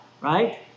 right